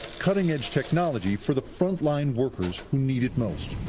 cutting edge technology for the front line workers who need it most.